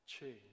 change